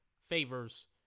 favors